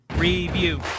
Review